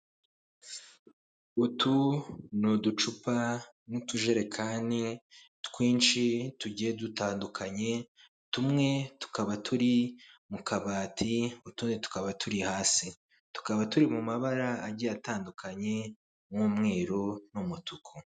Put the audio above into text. Utu ni uducupa n'utujerekani twinshi tugiye dutandukanye, tumwe tukaba turi mu kabati utundi tukaba turi hasi; tukaba turi mu mabara atandukanye nk'umweruru n'umutuku.